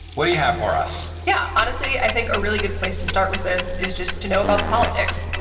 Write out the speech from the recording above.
what do you have for us? alexis yeah, honestly, i think a really good place to start with this is just to know about the politics.